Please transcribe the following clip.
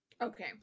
okay